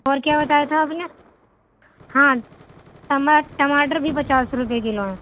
اور کیا بتایا تھا آپ نے ہاں ٹماٹر بھی پچاس روپئے کلو ہیں